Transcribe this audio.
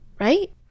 right